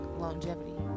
longevity